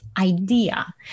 idea